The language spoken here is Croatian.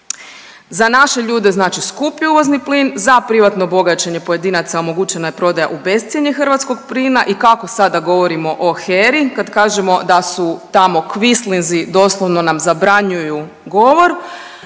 Za naše ljude znači skupi uvozni plin, za privatno bogaćenje pojedinaca omogućena je prodaja u bescjenje hrvatskog plina i kako sada govorimo o HERA-i kad kažemo da su tamo kvislinzi doslovno nam zabranjuju govor,